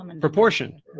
proportion